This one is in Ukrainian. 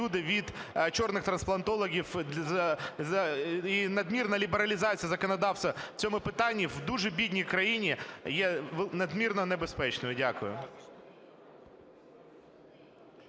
люди від "чорних" трансплантологів. І надмірна лібералізація законодавства в цьому питанні в дуже бідній країні є надмірно небезпечною. Дякую.